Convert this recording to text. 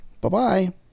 Bye-bye